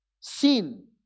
sin